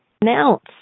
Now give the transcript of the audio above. announce